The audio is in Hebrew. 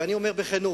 ואני אומר בכנות,